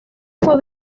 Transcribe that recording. fue